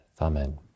Amen